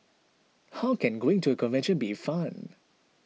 how can going to a convention be fun